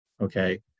Okay